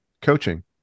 coaching